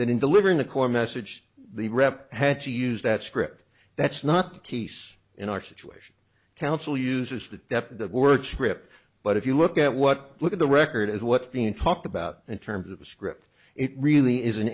that in delivering the core message the rep had to use that script that's not t c s in our situation council uses the dept of work script but if you look at what look at the record as what's being talked about in terms of the script it really isn't